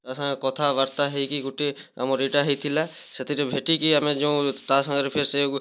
ତା'ସାଙ୍ଗେ କଥାବାର୍ତ୍ତା ହେଇକି ଗୋଟେ ଆମର ଏଇଟା ହେଇଥିଲା ସେଥିରେ ଭେଟିକି ଆମେ ଯେଉଁ ତା'ସାଙ୍ଗରେ ଫେର୍ ସେ